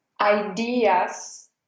ideas